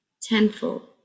tenfold